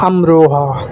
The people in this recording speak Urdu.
امروہا